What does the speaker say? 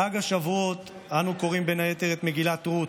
בחג השבועות אנו קוראים בין היתר את מגילת רות,